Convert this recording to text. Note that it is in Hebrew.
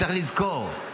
צריך לזכור,